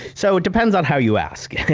so it depends on how you ask. and